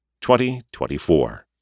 2024